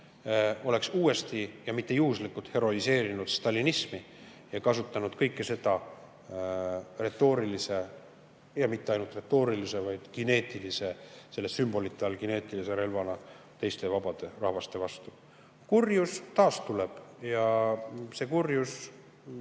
oleks uuesti ja mitte juhuslikult heroiseerinud stalinismi ja kasutanud kõike seda retooriliste ja mitte ainult retooriliste, vaid ka kineetiliste sümbolite all kineetilise relvana teiste, vabade rahvaste vastu. Kurjus taastuleb. Ja küsimus